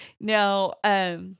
Now